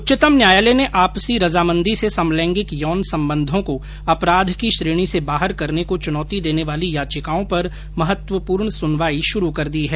उच्चत्तम न्यायालय ने आपसी रजामंदी से समलैंगिक यौन संबंधों को अपराध की श्रेणी से बाहर करने को च्नौती देने वाली याचिकाओं पर महत्वपूर्ण सुनवाई शुरू कर दी है